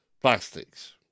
plastics